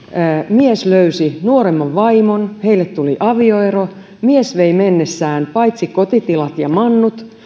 mies löysi nuoremman vaimon heille tuli avioero mies vei mennessään paitsi kotitilat ja mannut